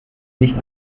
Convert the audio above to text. nicht